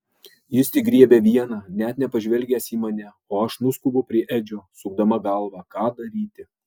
jis tik griebia vieną net nepažvelgęs į mane o aš nuskubu prie edžio sukdama galvą ką daryti